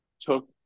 took